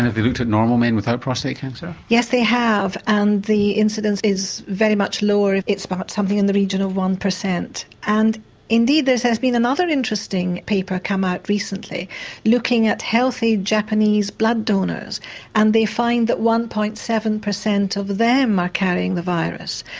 have you looked at normal men without prostate cancer? yes they have and the incidence is very much lower, it's about something in the region of one percent and indeed there has been another interesting paper come out recently looking at healthy japanese blood donors and they find that one. seven percent of them are carrying the virus.